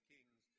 Kings